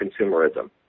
consumerism